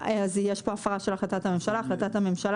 אז יש פה הפרה של החלטת הממשלה החלטת הממשלה